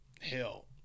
hell